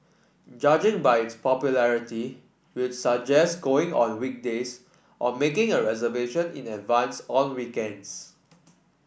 judging by its popularity we'd suggest going on weekdays or making a reservation in advance on weekends